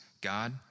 God